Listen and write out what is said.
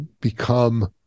become